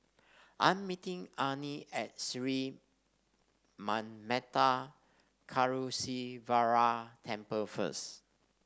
I'm meeting Arnie at Sri Manmatha Karuneshvarar Temple first